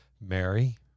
Mary